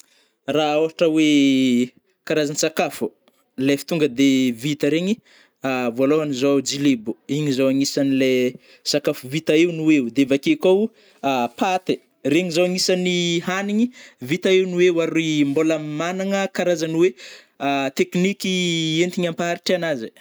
Ra ôhatra oe karazan-tsakafo, le efa tonga de vita regny, vôlôhany zô, jilebo, igny zô agnisany le sakafo vita eo no eo, de avake koao, paty ai regny zao agnisany hanigny vita eo no eo ary mbola managna karazany oe tekniky entigny ampaharitra anazy ai.